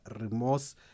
remorse